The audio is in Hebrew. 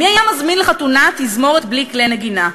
מי היה מזמין לחתונה תזמורת בלי כלי נגינה?